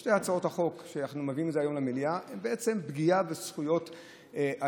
שתי הצעות החוק שאנחנו מביאים היום למליאה הן בעצם פגיעה בזכויות האזרח,